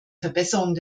verbesserung